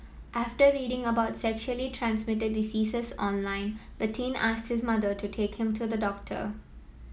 after reading about sexually transmitted diseases online the teen asked his mother to take him to the doctor